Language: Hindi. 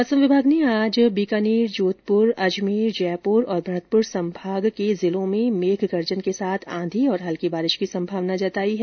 मौसम विभाग ने आज प्रदेश के बीकानेर जोधपुर अजमेर जयपुर और भरतपुर संभागों के जिलों में मेघ गर्जन के साथ आंधी और हल्की बारिश की संभावना जताई है